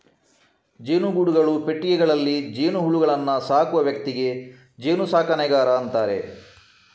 ಜೇನುಗೂಡುಗಳು, ಪೆಟ್ಟಿಗೆಗಳಲ್ಲಿ ಜೇನುಹುಳುಗಳನ್ನ ಸಾಕುವ ವ್ಯಕ್ತಿಗೆ ಜೇನು ಸಾಕಣೆಗಾರ ಅಂತಾರೆ